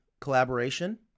collaboration